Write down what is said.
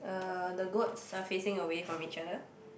uh the goats are facing away from each other